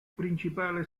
principale